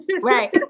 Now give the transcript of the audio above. right